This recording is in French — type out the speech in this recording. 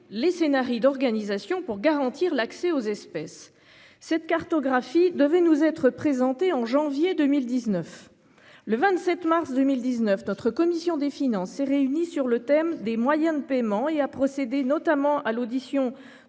les scénarii d'organisation pour garantir l'accès aux espèces cette cartographie devait nous être présenté en janvier 2019, le 27 mars 2019. Notre commission des finances s'est réunie sur le thème des moyens de paiement et à procéder notamment à l'audition